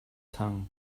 tongue